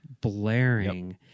blaring